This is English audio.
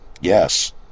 Yes